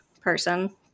person